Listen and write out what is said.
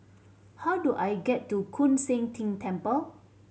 how do I get to Koon Seng Ting Temple